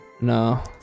No